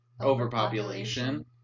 overpopulation